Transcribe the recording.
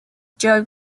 joe